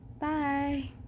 bye